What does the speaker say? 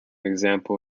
example